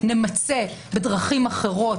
אני חייבת לבחון את זה.